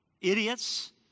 idiots